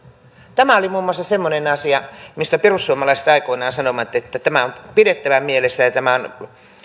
tämä oli muun muassa semmoinen asia mistä perussuomalaiset aikoinaan sanoivat että tämä on pidettävä mielessä ja tämä on